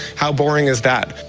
how boring is that?